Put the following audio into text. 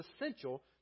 essential